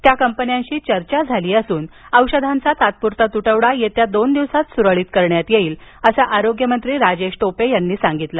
त्या कंपन्याशी चर्चा झाली असून औषधाचा तात्पुरता तुटवडा दोन दिवसात सुरळीत करण्यात येईल असे आरोग्यमंत्री राजेश टोपे यांनी सांगितलं